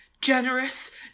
generous